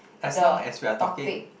the topic